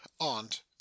Aunt